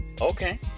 Okay